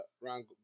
round